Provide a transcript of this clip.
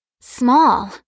small